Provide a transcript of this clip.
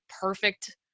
perfect